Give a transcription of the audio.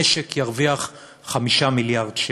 המשק ירוויח 5 מיליארד שקל.